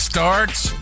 Starts